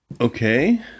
Okay